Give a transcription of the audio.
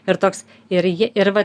ir toks ir ji ir va